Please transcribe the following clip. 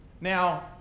Now